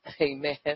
amen